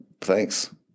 Thanks